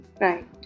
Right